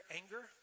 anger